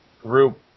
group